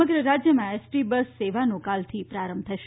સમગ્ર રાજ્યમાં એસટી બસો સેવાનો કાલથી પ્રારંભ થશે